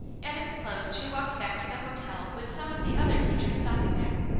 at its close she walked back to the hotel with some of the other teachers stopping there,